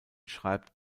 schreibt